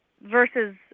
versus